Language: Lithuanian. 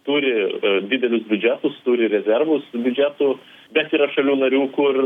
turi didelius biudžetus turi rezervus biudžetų bet yra šalių narių kur